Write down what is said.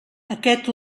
aquest